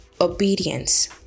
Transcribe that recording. obedience